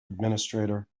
administrator